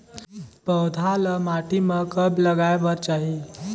पौधा ल माटी म कब लगाए बर चाही?